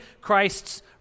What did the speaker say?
Christ's